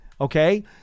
Okay